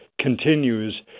continues